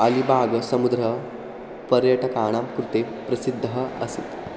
अलिबाग समुद्रः पर्यटकानां कृते प्रसिद्धः आसीत्